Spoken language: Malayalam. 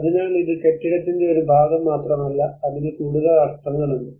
അതിനാൽ ഇത് കെട്ടിടത്തിന്റെ ഒരു ഭാഗം മാത്രമല്ല അതിന് കൂടുതൽ അർത്ഥങ്ങളുണ്ട്